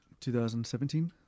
2017